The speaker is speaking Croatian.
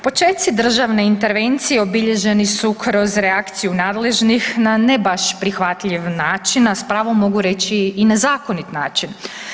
Počeci državne intervencije obilježeni su kroz reakciju nadležnih na ne baš prihvatljiv način, a s pravom mogu reći i na zakonit način.